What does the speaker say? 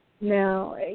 Now